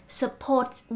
supports